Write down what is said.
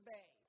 Bay